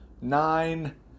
nine